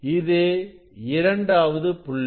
இது இரண்டாவது புள்ளி